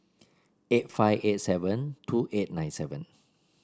eight five eight seven two eight nine seven